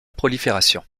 prolifération